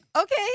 Okay